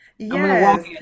Yes